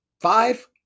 Five